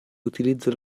utilizza